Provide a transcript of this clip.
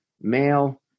male